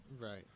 Right